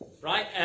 Right